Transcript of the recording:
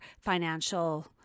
financial